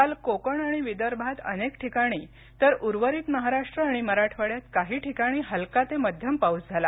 काल कोकण आणि विदर्भात अनेक ठिकाणी तर उर्वरित महाराष्ट्र आणि मराठवाड्यात काही ठिकाणी हलका ते मध्यम पाऊस झाला